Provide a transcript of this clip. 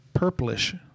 Purplish